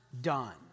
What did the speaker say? done